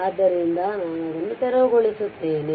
ಆದ್ದರಿಂದ ನಾನು ಅದನ್ನು ತೆರವುಗೊಳಿಸುತ್ತೇನೆ